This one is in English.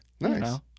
Nice